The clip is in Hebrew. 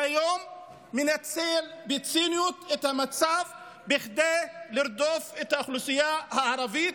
והיום מנצל בציניות את המצב בכדי לרדוף את האוכלוסייה הערבית,